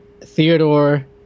Theodore